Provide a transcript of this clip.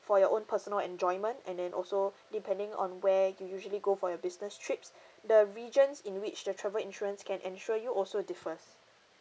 for your own personal enjoyment and then also depending on where you usually go for your business trips the regions in which the travel insurance can insure you also differs